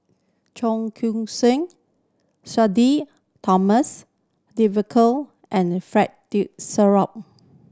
Cheong Koon Seng Sudhir Thomas and Fred De